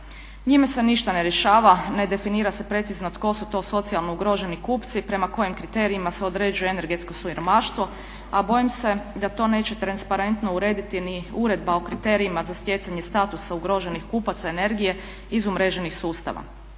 Njime se ništa ne rješava, ne definira se precizno tko su to socijalno ugroženi kupci, prema kojim kriterijima se određuje energetsko siromaštvo, a bojim se da to neće transparentno urediti ni Uredba o kriterijima za stjecanje statusa ugroženih kupaca energije iz umreženih sustava.